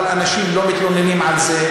אבל אנשים לא מתלוננים על זה.